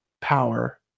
power